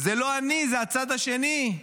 זה לא אני, זה הצד השני.